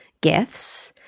gifts